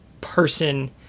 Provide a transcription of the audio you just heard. person